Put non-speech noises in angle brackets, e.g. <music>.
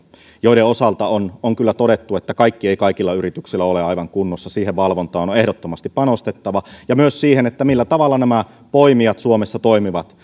joiden osalta on on kyllä todettu että kaikki ei kaikilla yrityksillä ole aivan kunnossa siihen valvontaan on ehdottomasti panostettava ja myös siihen millä tavalla nämä poimijat suomessa toimivat <unintelligible>